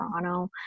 toronto